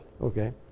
Okay